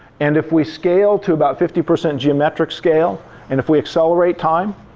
and if we scale to about fifty percent geometric scale, and if we accelerate time,